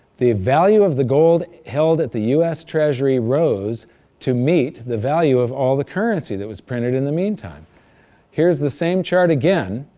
the value of the gold held at the us treasury rose to meet the value of all the currency that was printed in the meantime here's the same chart again,